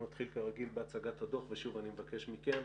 אנחנו נתחיל כרגיל בהצגת הדוח, ושוב אני מבקש מכם